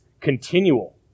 continual